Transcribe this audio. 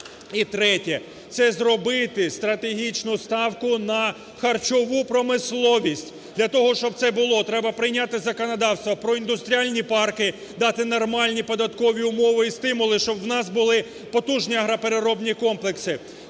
І третє. Це зробити стратегічну ставку на харчову промисловість. Для того, щоб це було, треба прийняти законодавство про індустріальні парки, дати нормальні податкові умови і стимули, щоб в нас були потужні агропереробні комплекси,